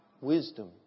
wisdom